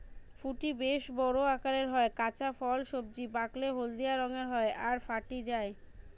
ফুটি বেশ বড় আকারের হয়, কাঁচা ফল সবুজ, পাকলে হলদিয়া রঙের হয় আর ফাটি যায়